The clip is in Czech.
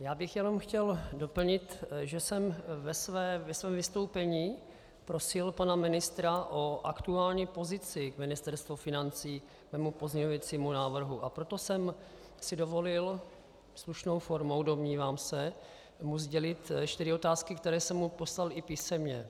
Já bych chtěl jen doplnit, že jsem ve svém vystoupení prosil pana ministra o aktuální pozici, Ministerstvo financí, k mému pozměňovacímu návrhu, a proto jsem si dovolil slušnou formou, domnívám se, mu sdělit čtyři otázky, které jsem mu poslal i písemně.